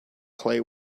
clay